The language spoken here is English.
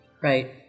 Right